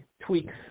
tweaks